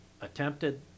attempted